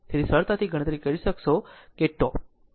તેથી સરળતાથી ગણતરી કરી શકો છો τ